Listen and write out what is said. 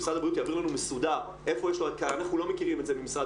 שמשרד הבריאות יעביר לנו מסודר אנחנו לא מכירים את זה ממשרד